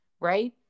right